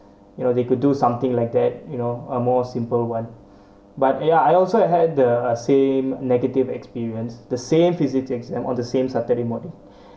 you know they could do something like that you know a more or simple [one] but ya I also had the a same negative experience the same fizzy things and on the same saturday morning